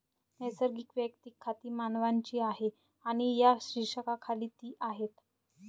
नैसर्गिक वैयक्तिक खाती मानवांची आहेत आणि या शीर्षकाखाली ती आहेत